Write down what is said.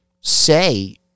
say